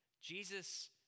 Jesus